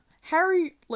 Harry